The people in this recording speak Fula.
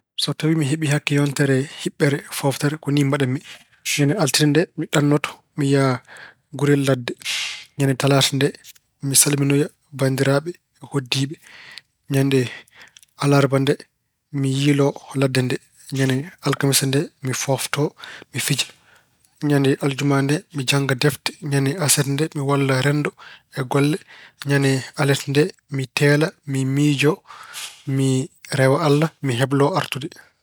So tawi mi heɓii hakke yontere hiɓɓere fooftere, ko ni mbaɗan-mi. Ñande Altine nde, mi ɗannoto, mi yaha ngurel ladde. Ñande talaata nde mi salminoya banndiraaɓe e hoɗdiiɓe. Ñande Alarba nde, mi yiyloo ladde nde, ñannde alkamiisa nde mi fooftoo, mi fija. Ñande aljumaa nde, mi jannga defte. Ñande aset nde mi walla renndo e golle. Ñannde alet nde, mi teelaa, mi miijo, mi rewa Allah, heblo artude.